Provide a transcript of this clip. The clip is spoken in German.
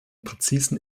präzisen